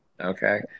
okay